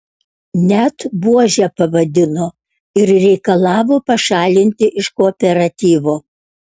net buože pavadino ir reikalavo pašalinti iš kooperatyvo